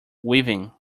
weaving